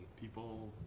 People